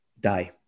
die